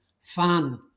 fun